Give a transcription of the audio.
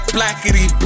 Blackity